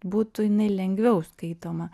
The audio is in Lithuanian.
būtų jinai lengviau skaitoma